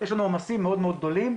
יש לנו עומסים מאוד מאוד גדולים,